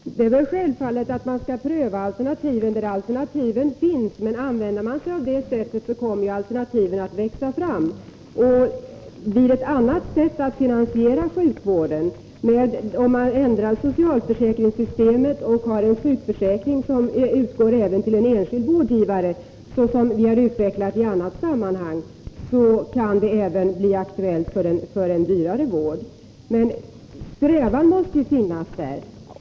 Herr talman! Det är självklart att man skall pröva alternativen när alternativen finns. Använder man sig av det sättet kommer alternativen att växa fram. Om man finansierar sjukvården på ett annat sätt, genom att ändra I socialförsäkringssystemet så att sjukförsäkringen utgår även till en enskild | vårdgivare — vilket vi har utvecklat i annat sammanhang — kan det även bli I | aktuellt med en dyrare vård. Men strävan måste ju finnas där.